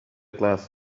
glass